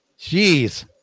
Jeez